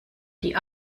die